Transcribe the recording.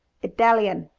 italian,